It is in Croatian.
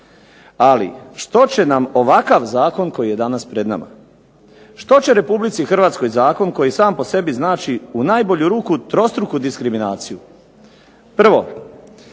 Ali što će nam ovakav zakon koji je danas pred nama? Što će RH zakon koji sam po sebi znači u najbolju ruku trostruku diskriminaciju? Prvo,